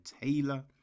Taylor